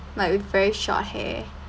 like with very short hair